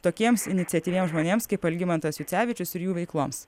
tokiems iniciatyviems žmonėms kaip algimantas jucevičius ir jų veikloms